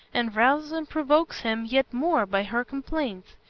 and rouses and provokes him yet more by her complaints.